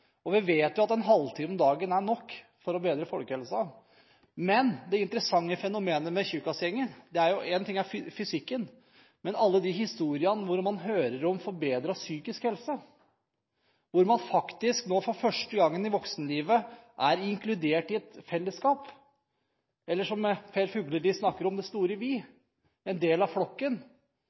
Og vi vet jo at en halvtime om dagen er nok for å bedre folkehelsen. Men det interessante fenomenet med Tjukkasgjengen er – én ting er fysikken, men – alle de historiene hvor man hører om forbedret psykisk helse, hvor man for første gang i voksenlivet er inkludert i et fellesskap, eller som Per Fugelli snakker om: det store vi, en del av flokken.